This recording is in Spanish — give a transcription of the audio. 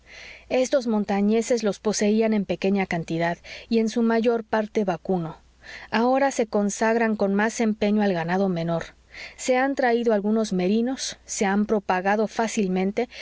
estos montañeses los poseían en pequeña cantidad y en su mayor parte vacuno ahora se consagran con más empeño al ganado menor se han traído algunos merinos se han propagado fácilmente